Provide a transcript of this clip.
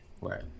Right